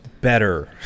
better